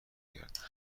کرد